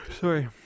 Sorry